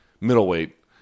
middleweight